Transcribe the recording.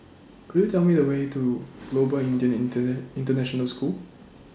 Could YOU Tell Me The Way to Global Indian Internet International School